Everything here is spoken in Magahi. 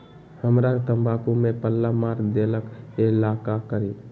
हमरा तंबाकू में पल्ला मार देलक ये ला का करी?